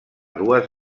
dues